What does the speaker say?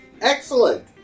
Excellent